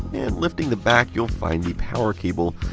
and lifting the back you'll find the power cable.